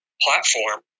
platform